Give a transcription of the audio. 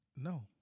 No